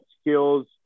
skills